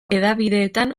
hedabideetan